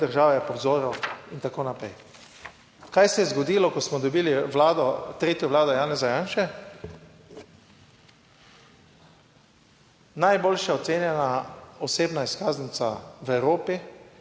e-države po vzoru in tako naprej. Kaj se je zgodilo, ko smo dobili Vlado, tretjo vlado Janeza Janše? Najboljše ocenjena osebna izkaznica v Evropi,